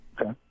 Okay